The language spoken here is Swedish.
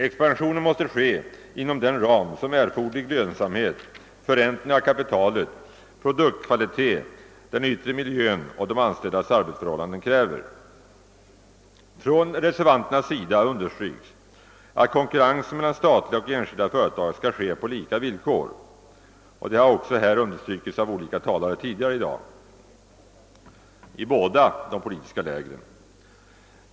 Expansionen måste ske inom den ram som erforderlig lönsamhet, förräntning av kapitalet, produktkvalitet, den yttre miljön och de anställdas arbetsförhållanden kräver. Från reservanternas sida understryks att konkurrensen mellan statliga och enskilda företag skall ske på lika villkor, vilket tidigare i dag understrukits av olika talare från de båda politiska lägren.